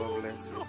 bless